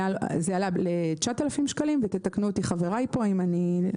השכר עלה ל-9,000 שקלים יתקנו אותי חבריי אם אני לא